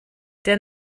der